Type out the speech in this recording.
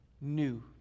new